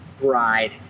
bride